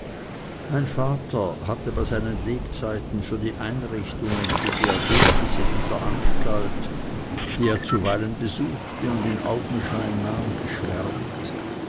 mein vater hatte bei seinen lebzeiten für die einrichtung und für die ergebnisse dieser anstalt die er zuweilen besuchte und in augenschein nahm geschwärmt